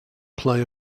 play